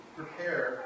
prepare